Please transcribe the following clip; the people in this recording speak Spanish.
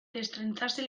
destrenzase